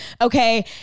Okay